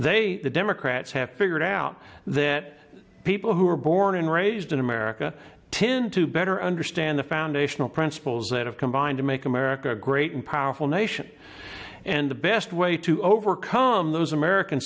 they the democrats have figured out that people who are born and raised in america tend to better understand the foundational principles that have combined to make america great and powerful nation and the best way to overcome those american